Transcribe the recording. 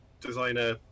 designer